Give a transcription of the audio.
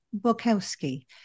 Bukowski